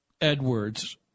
Edwards